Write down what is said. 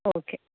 okay